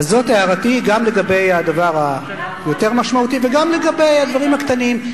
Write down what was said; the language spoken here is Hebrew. זאת הערתי גם לגבי הדבר היותר משמעותי וגם לגבי הדברים הקטנים.